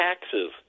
taxes